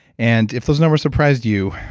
and if those numbers surprised you,